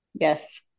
yes